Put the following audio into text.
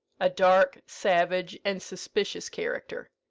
a dark, savage, and suspicious character.